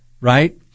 right